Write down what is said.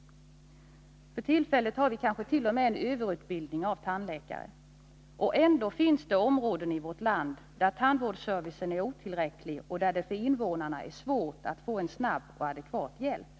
För tillfället har vi kanske t.o.m. överutbildning av tandläkare. Ändå finns det områden i vårt land där tandvårdsservicen är otillräcklig och där det för invånarna är svårt att få snabb och adekvat Nr 37 hjälp.